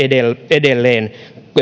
edelleen